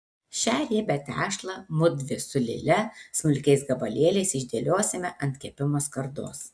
šią riebią tešlą mudvi su lile smulkiais gabalėliais išdėliosime ant kepimo skardos